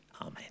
Amen